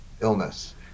illness